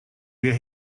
wer